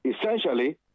essentially